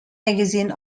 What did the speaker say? magazine